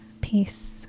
Peace